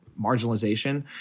marginalization